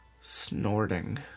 snorting